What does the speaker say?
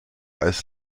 als